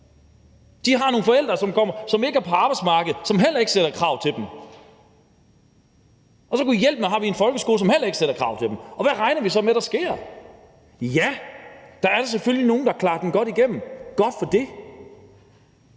De har nogle forældre, som ikke er på arbejdsmarkedet, og som heller ikke stiller krav til dem, og så har vi gudhjælpemig en folkeskole, som heller ikke stiller krav til dem, og hvad regner vi så med, der sker? Der er da selvfølgelig nogle, der klarer sig godt igennem; godt for det.